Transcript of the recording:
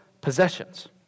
possessions